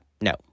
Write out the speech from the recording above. No